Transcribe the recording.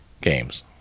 games